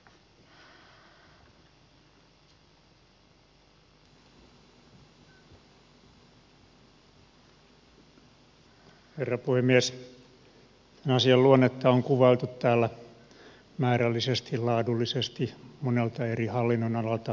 tämän asian luonnetta on kuvailtu täällä määrällisesti ja laadullisesti monelta eri hallinnonalalta katsottuna